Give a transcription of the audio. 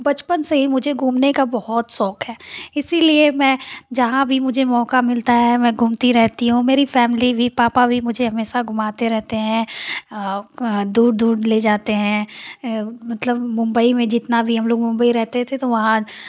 बचपन से ही मुझे घूमने का बहुत शौक है इसलिए मैं जहाँ भी मौका मिलता है मैं घूमती रहती हूँ मेरी फैमिली भी पापा भी मुझे हमेशा घूमाते रहते हैं दूर दूर ले जाते रहते हैं मतलब मुंबई में जितना भी हम लोग मुम्बई रहते थे तो वहाँ